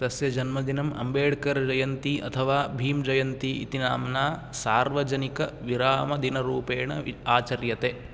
तस्य जन्मदिनम् अम्बेड्कर् जयन्ती अथवा भीमजयन्ती इति नाम्ना सार्वजनिकविरामदिनरूपेण आचर्यते